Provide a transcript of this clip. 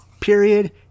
Period